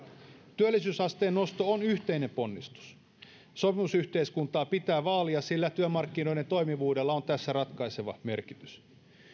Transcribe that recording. työllisyysasteen nosto on yhteinen ponnistus sopimusyhteiskuntaa pitää vaalia sillä työmarkkinoiden toimivuudella on tässä ratkaiseva merkitys